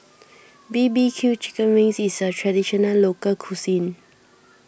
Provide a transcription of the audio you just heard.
B B Q Chicken Wings is a Traditional Local Cuisine